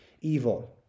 evil